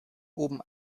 oben